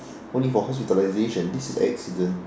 only for hospitalisation this is accident